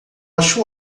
acho